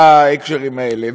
בהקשרים האלה.